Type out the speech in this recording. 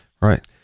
right